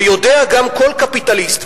ויודע גם כל קפיטליסט,